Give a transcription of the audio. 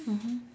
mmhmm